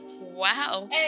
wow